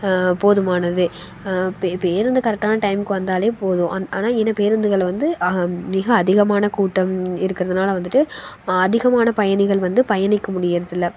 போதுமானது பே பேருந்து கரெக்டான டைமுக்கு வந்தாலே போதும் ஆனால் என்ன பேருந்துகள் வந்து மிக அதிகமான கூட்டம் இருக்கிறதுனால வந்துட்டு அதிகமான பயணிகள் வந்து பயணிக்க முடிகிறது இல்லை